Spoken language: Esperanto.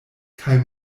kaj